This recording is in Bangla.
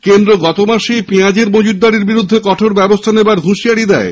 কেন্দ্র গত মাসে পেঁয়াজের মজুতদারির বিরুদ্ধে কঠোর ব্যবস্থা নেওয়ার হুঁশিয়ারী দেয়